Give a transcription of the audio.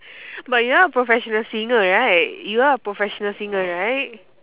but you are a professional singer right you are a professional singer right